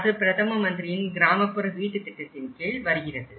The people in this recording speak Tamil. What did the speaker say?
அது பிரதம மந்திரியின் கிராமப்புற வீட்டு திட்டத்தின் கீழ் வருகிறது